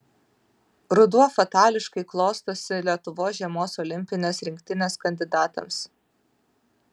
ruduo fatališkai klostosi lietuvos žiemos olimpinės rinktinės kandidatams